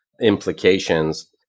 implications